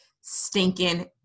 stinking